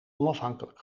onafhankelijk